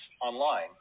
online